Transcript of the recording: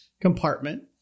compartment